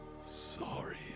sorry